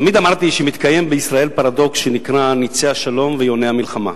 תמיד אמרתי שמתקיים בישראל פרדוקס שנקרא "נצי השלום ויוני המלחמה".